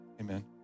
Amen